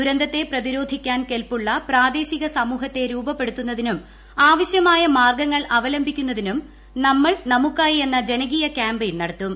ദുരന്തത്തെ പ്രതിരോധിക്കാൻ കെൽപ്പുള്ള പ്രാദേശിക സമൂഹത്തെ രൂപപ്പെടുത്തുന്നതിനും ആവശ്യമായ മാർഗ്ഗങ്ങൾ അവലംബിക്കുന്നതിനും നമ്മൾ നമുക്കായി എന്ന ജനകീയ ക്യാമ്പയിൻ നടത്തും